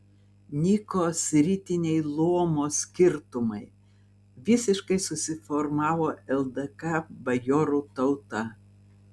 nyko sritiniai luomo skirtumai visiškai susiformavo ldk bajorų tauta